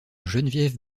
geneviève